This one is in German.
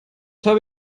habe